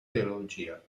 teologia